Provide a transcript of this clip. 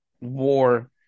war